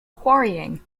quarrying